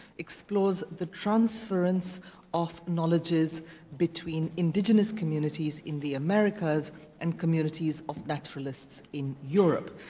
explores the transference of knowledges between indigenous communities in the americas and communities of naturalists in europe.